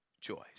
choice